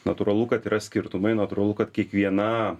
natūralu kad yra skirtumai natūralu kad kiekviena